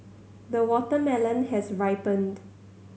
the watermelon has ripened